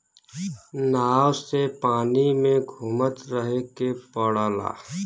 नाव से पानी में घुमत रहे के पड़ला